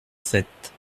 sept